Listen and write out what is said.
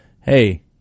hey